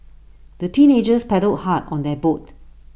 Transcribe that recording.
the teenagers paddled hard on their boat